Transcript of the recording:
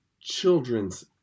children's